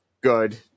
good